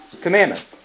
commandment